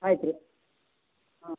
ಆಯ್ತು ರೀ ಹಾಂ